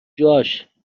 جاش